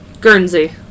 Guernsey